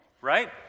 right